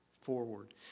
forward